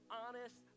honest